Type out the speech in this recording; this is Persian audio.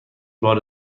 بار